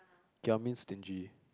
giam means stingy